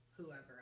whoever